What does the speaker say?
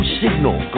signal